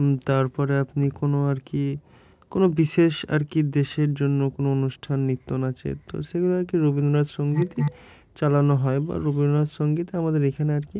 তারপরে আপনি কোনো আর কি কোনো বিশেষ আর কি দেশের জন্য কোনো অনুষ্ঠান নৃত্য আছে তো সেগুলো আর কি রবীন্দ্রনাথ সঙ্গীতেই চালানো হয় বা রবীন্দ্রনাথ সঙ্গীতে আমাদের এখানে আর কি